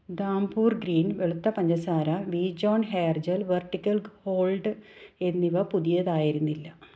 Dhampur green വെളുത്ത പഞ്ചസാര Vijohn hair gel vertical hold എന്നിവ പുതിയതായിരുന്നില്ല